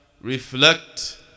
reflect